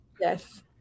Yes